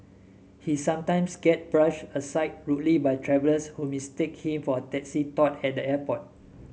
he sometimes gets brushed aside rudely by travellers who mistake him for a taxi tout at the airport